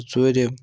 تہٕ ژوٗرِم